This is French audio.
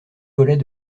volet